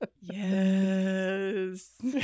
Yes